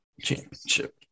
championship